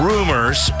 Rumors